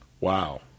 Wow